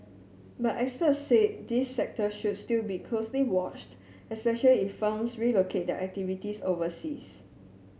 but experts said this sector should still be closely watched especially if firms relocate their activities overseas